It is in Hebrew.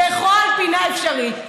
בכל פינה אפשרית.